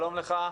שלום לך.